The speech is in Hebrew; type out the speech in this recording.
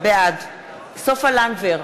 בעד סופה לנדבר,